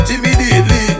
Immediately